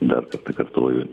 dar kartą kartoju